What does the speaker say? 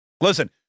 Listen